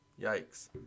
Yikes